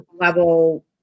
level